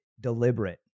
deliberate